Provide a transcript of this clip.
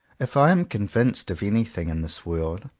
if i am convinced of anything in this world,